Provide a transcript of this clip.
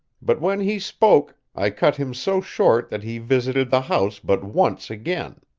but when he spoke, i cut him so short that he visited the house but once again.